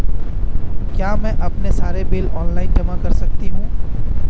क्या मैं अपने सारे बिल ऑनलाइन जमा कर सकती हूँ?